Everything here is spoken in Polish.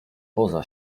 poza